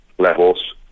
levels